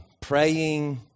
praying